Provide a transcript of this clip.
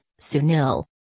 Sunil